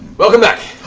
welcome back.